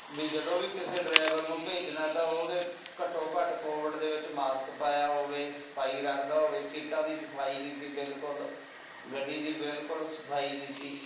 ਵੀ ਜਦੋਂ ਵੀ ਕਿਸੇ ਡਰਾਇਵਰ ਨੂੰ ਭੇਜਣਾ ਤਾਂ ਉਹਦੇ ਘੱਟੋਂ ਘੱਟ ਕੋਵਿਡ ਦੇ ਵਿੱਚ ਮਾਸਕ ਪਾਇਆ ਹੋਵੇ ਸਫ਼ਾਈ ਰੱਖਦਾ ਹੋਵੇ ਸੀਟਾਂ ਦੀ ਸਫ਼ਾਈ ਨਹੀਂ ਸੀ ਬਿਲਕੁਲ ਗੱਡੀ ਦੀ ਬਿਲਕੁਲ ਸਫ਼ਾਈ ਨਹੀਂ ਸੀ